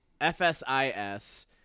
FSIS